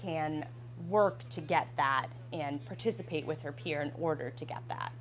can work to get that and participate with her peer in order to get that